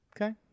Okay